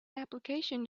application